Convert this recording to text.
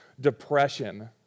depression